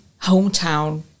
hometown